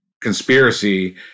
conspiracy